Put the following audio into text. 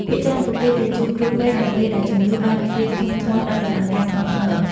ភាគច្រើនពួកគេទៅជួបគ្រូពេទ្យនៅពេលដែលជំងឺបានរីកធំធាត់ដល់ដំណាក់កាលធ្ងន់ធ្ងរ។